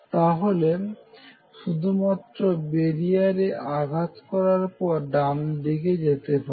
তাহলে শুধুমাত্র বেরিয়ারে আঘাত করার পর ডান দিকে যেতে পারবে